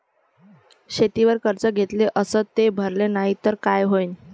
शेतीवर कर्ज घेतले अस ते भरले नाही तर काय होईन?